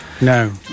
No